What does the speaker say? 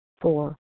Four